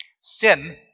Sin